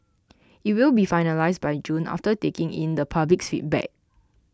it will be finalised by June after taking in the public's feedback